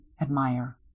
admire